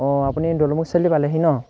অঁ আপুনি দৌলমুখ চাৰিআলি পালেহি ন